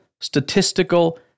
statistical